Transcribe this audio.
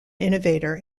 innovator